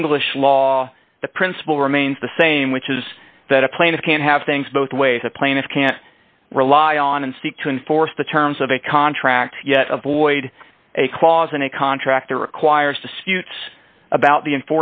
english law the principle remains the same which is that a plaintiff can't have things both ways a plaintiff can't rely on and seek to enforce the terms of a contract yet avoid a clause in a contract requires disputes about